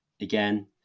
again